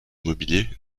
mobilier